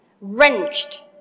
wrenched